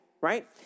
right